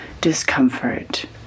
discomfort